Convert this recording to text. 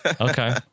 okay